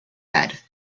bed